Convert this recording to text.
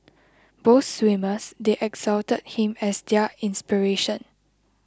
both swimmers they exalted him as their inspiration